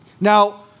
Now